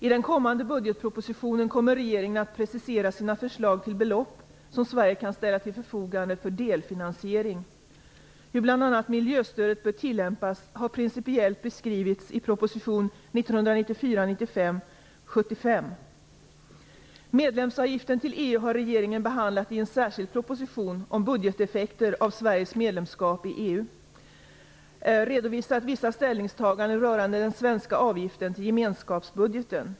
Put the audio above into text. I den kommande budgetpropositionen kommer regeringen att precisera sina förslag till de belopp som Sverige kan ställa till förfogande för delfinansiering. Hur bl.a. miljöstödet bör tillämpas har principiellt beskrivits i proposition 1994/95:75. Vad gäller medlemsavgiften till EU har regeringen i en särskild proposition om budgeteffekter av Sveriges medlemskap i EU redovisat vissa ställningstaganden rörande den svenska avgiften till gemenskapsbudgeten.